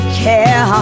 care